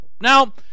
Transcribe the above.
Now